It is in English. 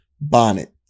Bonnet